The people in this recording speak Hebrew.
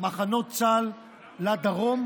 מחנות צה"ל לדרום,